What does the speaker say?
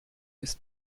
ist